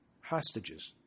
hostages